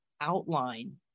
outline